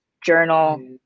journal